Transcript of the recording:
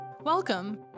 Welcome